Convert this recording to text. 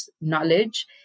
knowledge